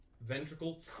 ventricle